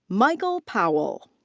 michael powell.